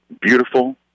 beautiful